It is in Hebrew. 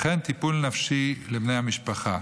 טיפול נפשי לבני המשפחה,